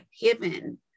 given